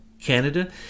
Canada